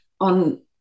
on